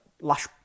lash